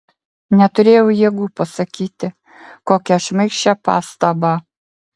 neturėjau jėgų pasakyti kokią šmaikščią pastabą